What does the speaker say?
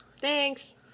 Thanks